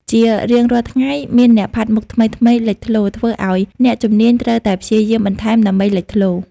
ជារៀងរាល់ថ្ងៃមានអ្នកផាត់មុខថ្មីៗលេចឡើង ធ្វើឱ្យអ្នកជំនាញត្រូវតែព្យាយាមបន្ថែមដើម្បីលេចធ្លោ។